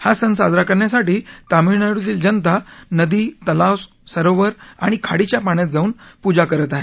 हा सण साजरा करण्यासाठी तामिळनाडूतील जनता नदी तलाव सरोवर आणि खाडीच्या पाण्यात जाऊन पूजा करतात